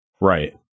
Right